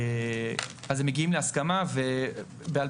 אז הם מגיעים להסכמה ב-2018,